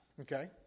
Okay